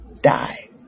die